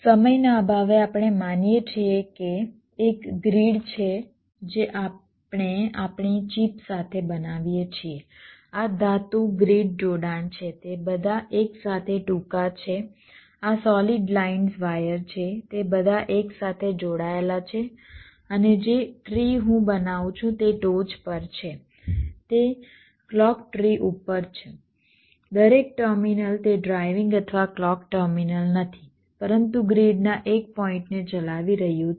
સમયના અભાવે આપણે માનીએ છીએ કે એક ગ્રીડ છે જે આપણે આપણી ચિપ સાથે બનાવીએ છીએ આ ધાતુ ગ્રીડ જોડાણ છે તે બધા એક સાથે ટૂંકા છે આ સોલિડ લાઇન્સ વાયર છે તે બધા એક સાથે જોડાયેલા છે અને જે ટ્રી હું બનાવું છું તે ટોચ પર છે તે ક્લૉક ટ્રી ઉપર છે દરેક ટર્મિનલ તે ડ્રાઇવિંગ અથવા ક્લૉક ટર્મિનલ નથી પરંતુ ગ્રીડના એક પોઇન્ટને ચલાવી રહ્યું છે